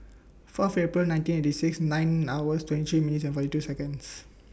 Fourth April nineteen eighty six nine hours twenty three minutes and forty two Seconds